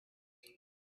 desert